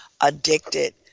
addicted